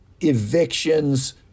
evictions